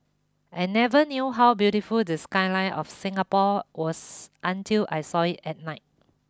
I never knew how beautiful the skyline of Singapore was until I saw it at night